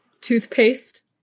toothpaste